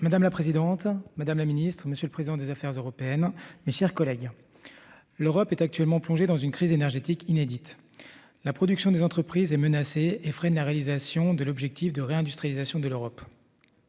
Madame la présidente Madame la Ministre, Monsieur le Président des Affaires européennes. Mes chers collègues. L'Europe est actuellement plongé dans une crise énergétique inédite. La production des entreprises et menacé et freine la réalisation de l'objectif de réindustrialisation de l'Europe.